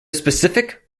specific